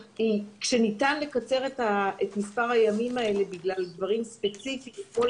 כשניתן לקצר את מספר הימים האלה בגלל דברים ספציפיים כמו,